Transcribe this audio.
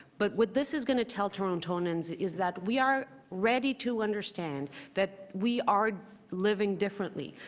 but what this is going to tell torontarians is that we are ready to understand that we are living differently,